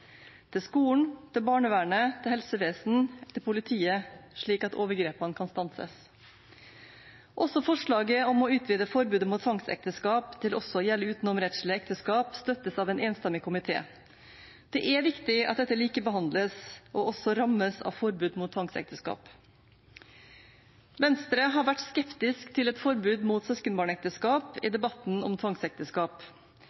til skolen, barnevernet, helsevesenet og politiet, slik at overgrepene kan stanses. Også forslaget om å utvide forbudet mot tvangsekteskap til også å gjelde utenomrettslige ekteskap støttes av en enstemmig komité. Det er viktig at dette likebehandles og rammes av forbud mot tvangsekteskap. Venstre har vært skeptisk til et forbud mot søskenbarnekteskap i